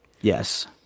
Yes